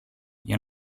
για